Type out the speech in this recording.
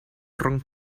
rhwng